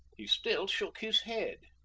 he still shook his head.